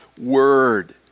word